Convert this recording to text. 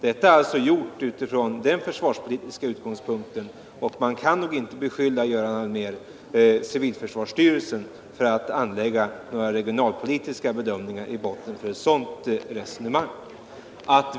Man har alltså haft den försvarspolitiska utgångspunkten, och man kan nog inte, Göran Allmér, beskylla civilförsvarsstyrelsen för att anlägga några regionalpolitiska bedömningar i sitt resonemang.